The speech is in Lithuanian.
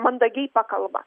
mandagiai pakalba